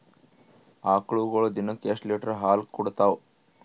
ಆಕಳುಗೊಳು ದಿನಕ್ಕ ಎಷ್ಟ ಲೀಟರ್ ಹಾಲ ಕುಡತಾವ?